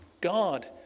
God